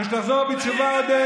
כשתחזור להיות עודד